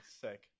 Sick